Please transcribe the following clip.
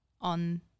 on